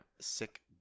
Sick